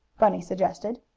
bunny suggested.